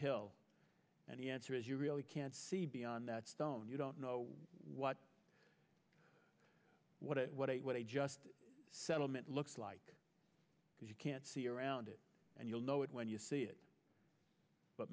hill and the answer is you really can't see beyond that stone you don't know what what it what it what a just settlement looks like you can't see around it and you'll know it when you see it but